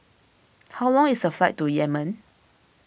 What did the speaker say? how long is the flight to Yemen